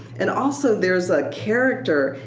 and also there's a character,